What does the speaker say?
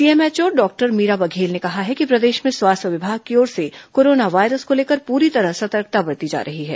CMHO doctor Meera Baghel ने कहा है कि प्रदेश में स्वास्थ्य विभाग की ओर से कोरोना वायरस को लेकर पूरी तरह सतर्कता बरती जा रही है